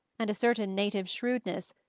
and a certain native shrewdness,